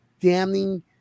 damning